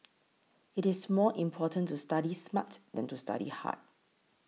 it is more important to study smart than to study hard